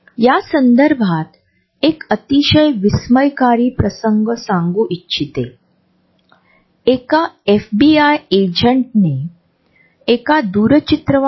म्हणून असे आढळले की ही उर्जा वेगवेगळ्या प्रकारे शक्ती आणि सामर्थ्य नसणे यांच्यातील संबंध सूचित करते